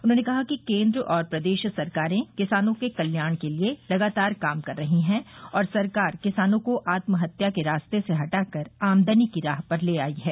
उन्होंने कहा कि केन्द्र और प्रदेश सरकारें किसानों के कल्याण के लिये लगातार काम कर रही हैं और सरकार किसानों को आत्महत्या के रास्ते से हटाकर आमदनी की राह पर ले आई है